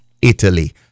Italy